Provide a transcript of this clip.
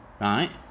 right